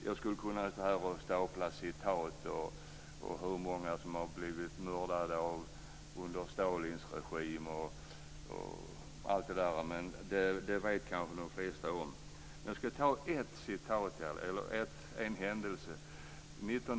Jag skulle kunna stå här och stapla citat och tala om hur många som blev mördade under Stalins regim osv., men det vet kanske de flesta. Jag ska ta upp en händelse.